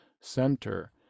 center